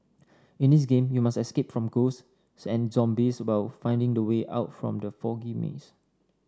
in this game you must escape from ghosts and zombies while finding the way out from the foggy maze